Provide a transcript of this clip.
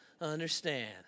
understand